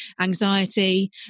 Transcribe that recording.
anxiety